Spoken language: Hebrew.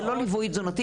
זה לא ליווי תזונתי,